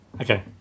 Okay